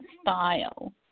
style